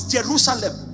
Jerusalem